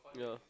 yeah